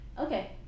okay